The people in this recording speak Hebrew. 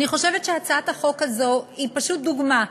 אני חושבת שהצעת החוק הזו היא פשוט דוגמה: